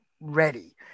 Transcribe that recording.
ready